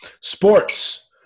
Sports